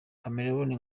chameleone